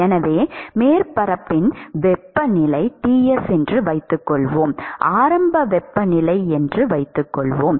எனவே மேற்பரப்பின் வெப்பநிலை Ts என்று வைத்துக்கொள்வோம் ஆரம்ப வெப்பநிலை என்று வைத்துக்கொள்வோம்